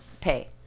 pay